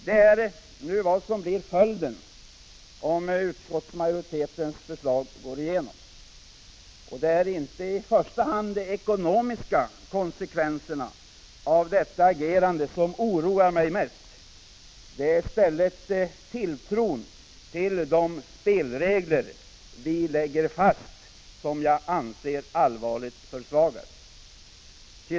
Det är nu vad som blir följden om utskottsmajoritetens förslag går igenom. Och det är inte i första hand de ekonomiska konsekvenserna av detta agerande som oroar mig mest. Det är i stället tilltron till de spelregler vi lägger fast som jag anser allvarligt försvagas.